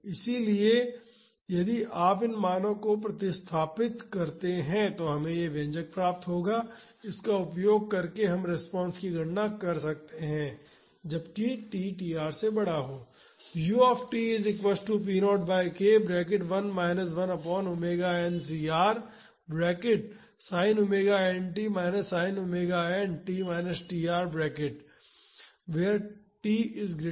इसलिए यदि आप इन मानों को प्रतिस्थापित करते हैं तो हमें यह व्यंजक प्राप्त होगा इसका उपयोग करके हम रिस्पांस की गणना कर सकते हैं जब t tr से बड़ा हो